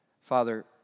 Father